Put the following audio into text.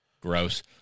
Gross